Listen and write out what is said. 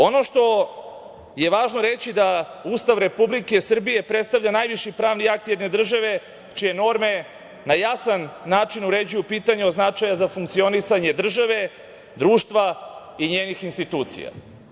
Ono što je važno reći, Ustav Republike Srbije predstavlja najviši pravni akt jedne države čije norme na jasan način uređuju pitanje od značaja za funkcionisanje države, društva i njenih institucija.